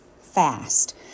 fast